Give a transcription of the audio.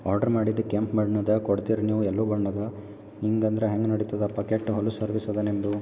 order ಮಾಡಿದ್ದೆ ಕೆಂಪು ಬಣ್ಣದ ಕೊಡ್ತಿರಿ ನೀವು ಎಲ್ಲೊ ಬಣ್ಣದ ಹಿಂಗೆ ಅಂದ್ರೆ ಹೆಂಗೆ ನಡೀತದಪ್ಪಾ ಕೆಟ್ಟು ಹೊಲಸು ಸರ್ವಿಸ್ ಅದ ನಿಮ್ಮದು